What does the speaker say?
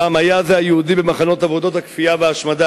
פעם היה זה היהודי במחנות עבודות הכפייה וההשמדה